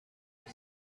why